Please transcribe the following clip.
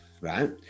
right